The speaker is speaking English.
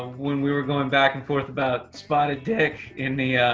when we were going back and forth about spotted dick in the,